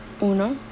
Uno